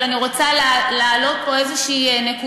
אבל אני רוצה להעלות פה איזו נקודה.